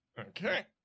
Okay